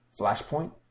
Flashpoint